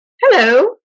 Hello